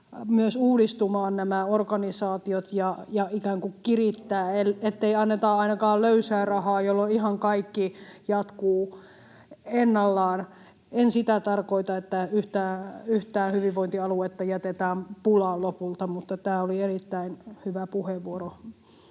uudistumaan ja ikään kuin kirittää, ettei anneta ainakaan löysää rahaa, jolloin ihan kaikki jatkuu ennallaan. En sitä tarkoita, että yhtään hyvinvointialuetta jätetään pulaan lopulta, mutta tämä oli erittäin hyvä puheenvuoro